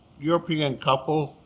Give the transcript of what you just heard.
european couple,